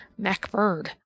MacBird